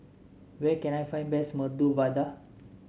where can I find best Medu Vada